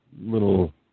little